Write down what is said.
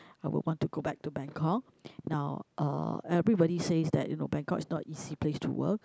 I would want to go back to Bangkok now uh everybody says that you know Bangkok is not easy place to work